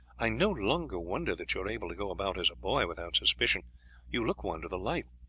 i no longer wonder that you are able to go about as a boy without suspicion you look one to the life,